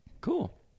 Cool